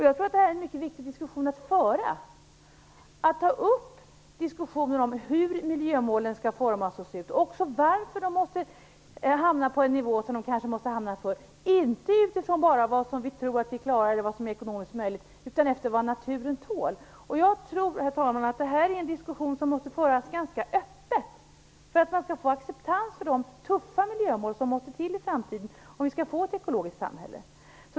Jag tror att det är mycket viktigt att ta upp en diskussion om hur miljömålen skall formas och varför de måste hamna på en nivå inte bara utifrån vad vi tror att vi klarar eller vad som är ekonomiskt möjligt utan också efter vad naturen tål. Jag tror, herr talman, att denna diskussion måste föras ganska öppet för att man skall få acceptans för de tuffa miljömål som måste till i framtiden, om vi skall få ett ekologiskt samhälle.